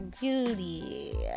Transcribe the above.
beauty